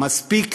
מספיק